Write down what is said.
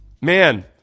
man